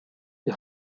die